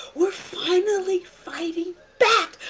we're finally fighting back.